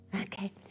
Okay